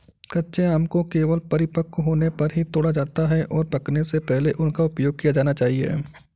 कच्चे आमों को केवल परिपक्व होने पर ही तोड़ा जाता है, और पकने से पहले उनका उपयोग किया जाना चाहिए